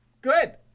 Good